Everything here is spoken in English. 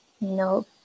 no